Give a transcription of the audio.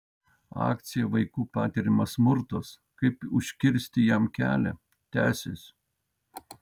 akcija vaikų patiriamas smurtas kaip užkirsti jam kelią tęsis